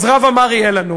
אז רע ומר יהיה לנו.